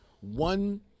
one